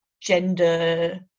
gender